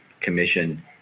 commission